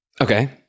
Okay